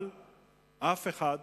אבל אף אחד,